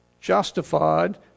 justified